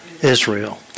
Israel